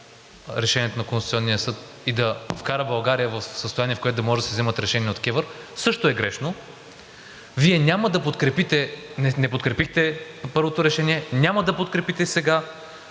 Решението на Конституционния съд и да вкара България в състояние, в което да могат да се вземат решения от КЕВР, също е грешно. Вие не подкрепихте първото решение, няма да подкрепите и сега,